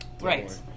Right